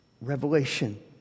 Revelation